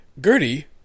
gertie